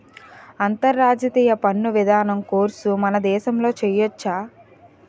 అంతర్జాతీయ పన్ను విధానం కోర్సు మన దేశంలో చెయ్యొచ్చా